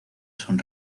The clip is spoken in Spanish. son